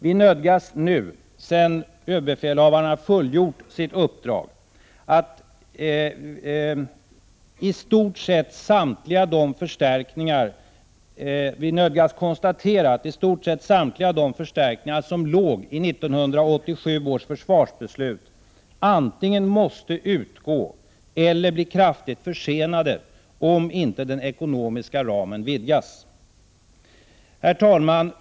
Vi nödgas nu, sedan överbefälhavaren fullgjort sitt uppdrag, konstatera att i stort sett samtliga de förstärkningar som låg i 1987 års försvarsbeslut antingen måste utgå eller bli kraftigt försenade om inte den ekonomiska ramen vidgas. Herr talman!